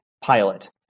pilot